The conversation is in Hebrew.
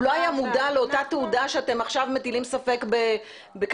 הוא לא היה מודע לאותה תעודה שאתם עכשיו מטילים ספק בכשרותה.